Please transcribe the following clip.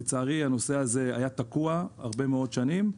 ולצערי, הנושא הזה היה תקוע הרבה מאוד שנים.